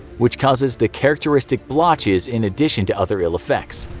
which causes the characteristic blotches in addition to other ill effects.